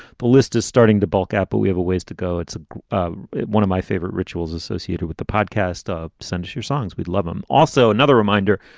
the list is starting to bulk up, but we have a ways to go. it's ah ah one of my favorite rituals associated with the podcast. send us your songs. we'd love them. also, another reminder.